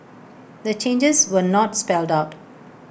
the changes were not spelled out